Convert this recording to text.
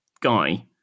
guy